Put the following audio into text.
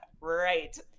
right